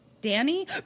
Danny